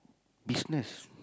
business